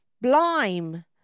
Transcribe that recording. blime